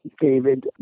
David